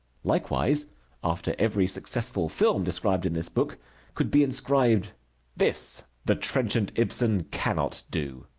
likewise after every successful film described in this book could be inscribed this the trenchant ibsen cannot do.